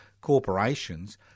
corporations